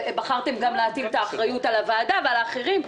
בחרתם גם להטיל את האחריות על הוועדה ועל אחרים,